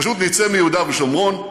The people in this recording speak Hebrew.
פשוט נצא מיהודה ושומרון,